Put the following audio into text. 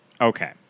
okay